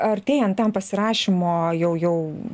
artėjant tam pasirašymo jau jau